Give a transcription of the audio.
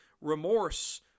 remorse